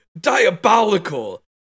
diabolical